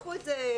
וקחו את זה.